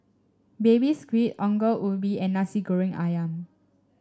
Baby Squid Ongol Ubi and Nasi Goreng ayam